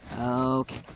Okay